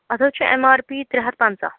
اَتھ حظ چھُ اٮ۪م آر پی ترٛے ہَتھ پنٛژاہ